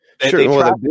sure